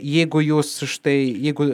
jeigu jūs štai jeigu